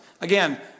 Again